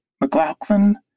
McLaughlin